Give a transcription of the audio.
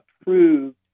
approved